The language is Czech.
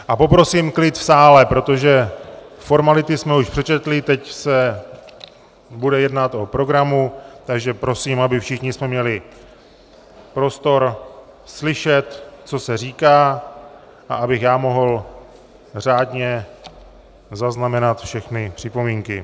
A poprosím klid v sále, protože formality jsme už přečetli, teď se bude jednat o programu, takže prosím, abychom všichni měli prostor slyšet, co se říká, a abych já mohl řádně zaznamenat všechny připomínky.